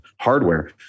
hardware